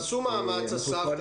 תעשו מאמץ, אסף.